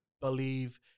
believe